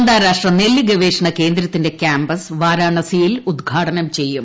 അന്താരാഷ്ട്ര നെല്ലുഗവേഷണ കേന്ദ്രത്തിന്റെ ക്യാമ്പസ് വാരാണസിയിൽ ഉദ്ഘാടനം ചെയ്യും